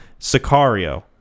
Sicario